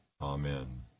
Amen